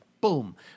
boom